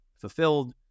fulfilled